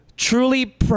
Truly